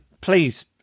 Please